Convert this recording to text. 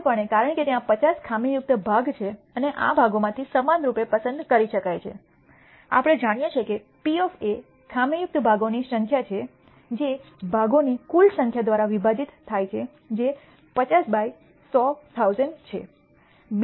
સ્પષ્ટપણે કારણ કે ત્યાં 50 ખામીયુક્ત ભાગો છે અને આ ભાગોમાંથી સમાનરૂપે પસંદ કરી શકાય છે આપણે જાણીએ છીએ કે P એ ખામીયુક્ત ભાગોની સંખ્યા છે જે ભાગોની કુલ સંખ્યા દ્વારા વિભાજિત થાય છે જે 50 બાય 100 1000 છે